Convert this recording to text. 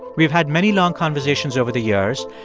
we've had many long conversations over the years,